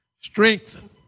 strengthen